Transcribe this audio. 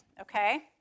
okay